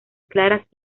claras